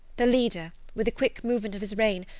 the leader, with a quick movement of his rein,